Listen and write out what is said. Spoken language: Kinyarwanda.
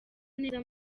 neza